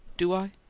do i?